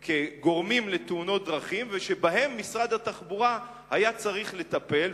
לאורך השנים כגורמים לתאונות דרכים ובהם משרד התחבורה היה צריך לטפל.